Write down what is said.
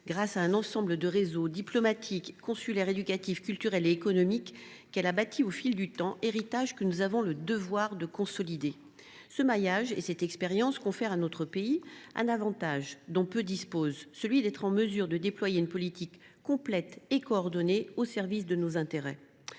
grâce à l’ensemble du réseau diplomatique, consulaire, éducatif, culturel et économique qu’elle a bâti au fil du temps, héritage que nous avons le devoir de consolider. Ce maillage et cette expérience confèrent à notre pays un avantage, dont peu disposent : celui d’être en mesure de déployer une politique complète et coordonnée au service de nos intérêts.